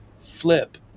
flip